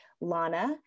Lana